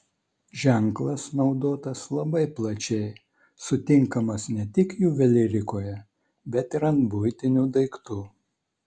ženklas naudotas labai plačiai sutinkamas ne tik juvelyrikoje bet ir ant buitinių daiktų